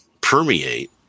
permeate